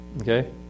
Okay